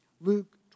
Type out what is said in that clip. Luke